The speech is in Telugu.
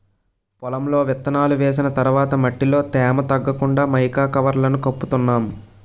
పొలంలో విత్తనాలు వేసిన తర్వాత మట్టిలో తేమ తగ్గకుండా మైకా కవర్లను కప్పుతున్నాం